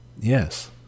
Yes